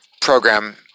program